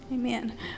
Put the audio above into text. Amen